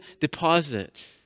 deposit